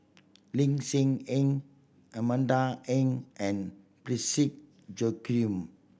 Lin Hsin Heng Amanda Heng and Parsick Joaquim